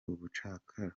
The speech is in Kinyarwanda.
ubucakara